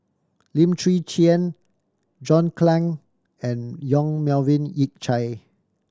Lim Chwee Chian John Clang and Yong Melvin Yik Chye